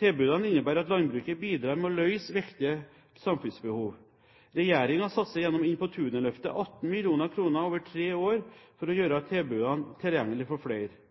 Tilbudene innebærer at landbruket bidrar med å møte viktige samfunnsbehov. Regjeringen satser gjennom Inn på tunet-løftet 18 mill. kr over tre år for å gjøre tilbudene tilgjengelige for flere.